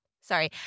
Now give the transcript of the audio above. sorry